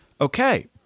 okay